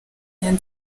nk’ibi